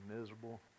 miserable